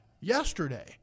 yesterday